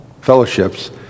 fellowships